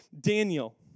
Daniel